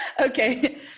Okay